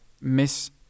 Miss